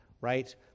right